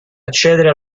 accedere